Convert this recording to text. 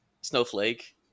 snowflake